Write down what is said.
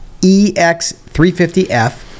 EX350F